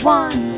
one